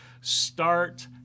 start